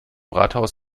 rathaus